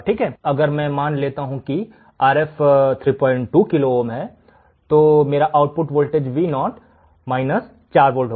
अब अगर मैं मान लेता हूं कि Rf 32 किलो ओम है तो मेरा आउटपुट वोल्टेज Vo 4 वोल्ट होगा